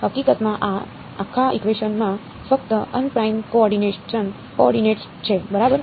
હકીકતમાં આ આખાઇકવેશન માં ફક્ત અનપ્રાઇમ છે બરાબર